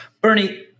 Bernie